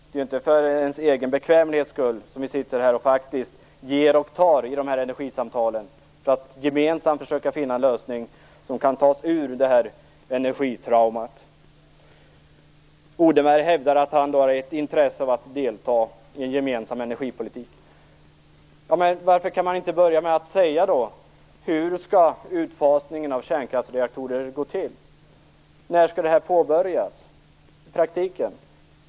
Det är inte för vår egen bekvämlighets skull som vi sitter här och ger och tar i energisamtalen, utan det är för att gemensamt försöka finna en lösning som kan ta oss ur detta energitrauma. Odenberg hävdar att han har ett intresse av att delta i en gemensam energipolitik. Men varför kan han då inte börja med att säga hur utfasningen av kärnkraftsreaktorer skall gå till? När skall detta påbörjas i praktiken?